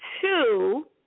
two